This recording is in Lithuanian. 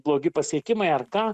blogi pasiekimai ar ką